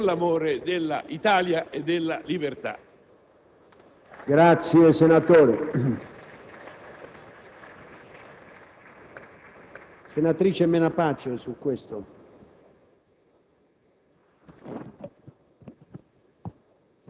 per la propria vita, per amore dell'Italia e della libertà.